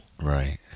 right